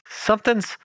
Something's